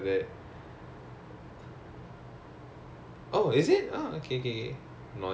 then she also she will she's very on lah she'll like raise hand and answer